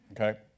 okay